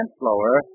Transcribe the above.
slower